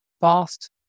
Fast